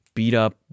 beat-up